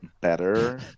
better